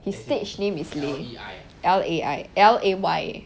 his stage name is lay lay lay